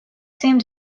seemed